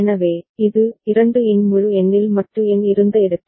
எனவே இது 2 இன் முழு எண்ணில் மட்டு எண் இருந்த இடத்தில்